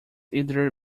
either